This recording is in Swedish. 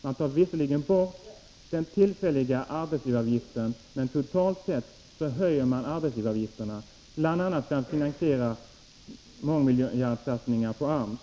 Man tar visserligen bort den tillfälliga arbetsgivaravgiften, men totalt sett höjer man arbetsgivaravgifterna, bl.a. för att finansiera mångmiljardsatsningar på AMS.